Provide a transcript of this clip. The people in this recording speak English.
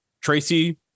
Tracy